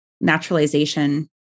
naturalization